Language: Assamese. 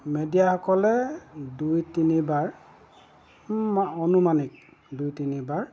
মেডিয়াসকলে দুই তিনিবাৰ অনুমানিক দুই তিনিবাৰ